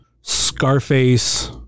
Scarface